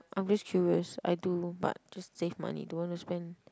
I'm just curious I do but just save money don't wanna spend